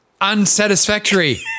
unsatisfactory